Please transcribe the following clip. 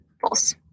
false